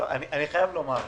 אני חייב לומר אדוני,